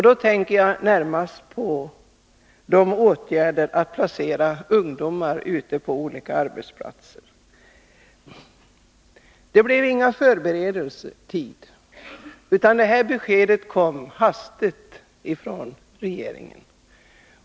Jag tänker närmast på åtgärden att placera ungdomar på olika arbetsplatser. Det blev ingen förberedelsetid, utan regeringens besked kom mycket hastigt.